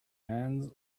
hands